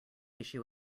issue